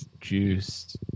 juiced